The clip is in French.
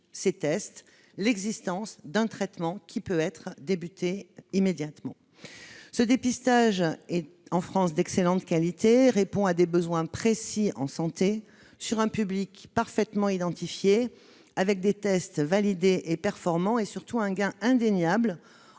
c'est l'existence d'un traitement qui peut être commencé immédiatement. Ce dépistage est en France d'excellente qualité, il répond à des besoins précis en santé, sur un public parfaitement identifié, avec des tests validés et performants, et surtout un gain indéniable